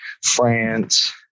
france